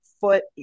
foot